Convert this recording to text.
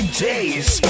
days